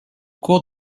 cours